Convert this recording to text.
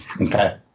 Okay